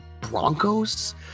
Broncos